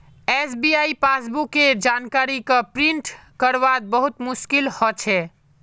SBI passbook केर जानकारी क प्रिंट करवात बहुत मुस्कील हो छे